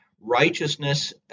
righteousness